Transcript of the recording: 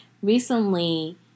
Recently